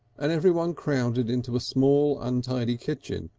and everyone crowded into a small untidy kitchen,